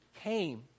came